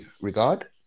regard